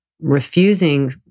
refusing